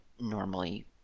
normally